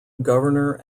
governor